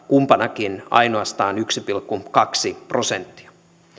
kumpanakin ainoastaan yksi pilkku kaksi prosenttia